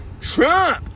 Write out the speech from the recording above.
Trump